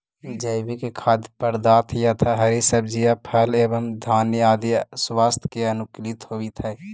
जैविक खाद्य पदार्थ यथा हरी सब्जियां फल एवं धान्य आदि स्वास्थ्य के अनुकूल होव हई